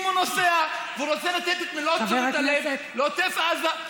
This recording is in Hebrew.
אם הוא נוסע ורוצה לתת את מלוא תשומת הלב לעוטף עזה,